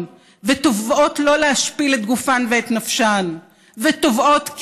ותובעות לא להשפיל את גופן ואת נפשן ותובעות,